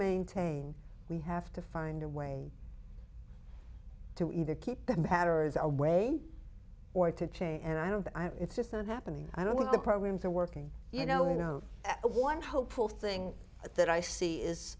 maintain we have to find a way to either keep them patters away or to change and i don't it's just not happening i don't want the programs are working you know no one hopeful thing that i see is